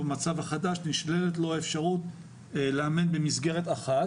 במצב החדש נשללת ממנו האפשרות לאמן במסגרת אחת.